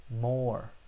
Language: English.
more